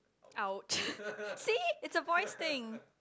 !ouch! see it's a boys thing